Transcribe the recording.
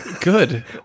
good